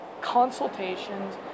consultations